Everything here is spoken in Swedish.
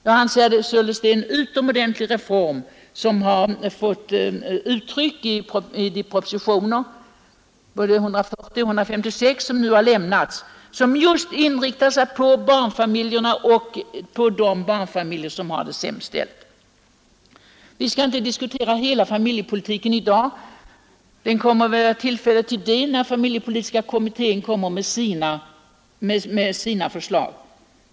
Jag tycker alltså att det är utomordentliga reformer som nu föreslås i de avlämnade propositionerna 140 och 156. De är inriktade på just de barnfamiljer som har det sämst ställt. Vi skall inte diskutera hela familjepolitiken i dag. Det blir väl tillfälle att göra det när familjepolitiska kommittén lägger fram sina förslag.